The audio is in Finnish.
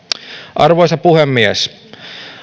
arvoisa puhemies